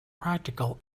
practical